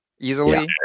easily